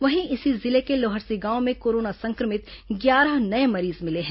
वहीं इसी जिले के लोहरसी गांव में कोरोना संक्रमित ग्यारह नये मरीज मिले हैं